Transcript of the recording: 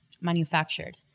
manufactured